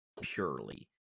purely